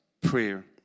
prayer